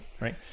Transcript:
right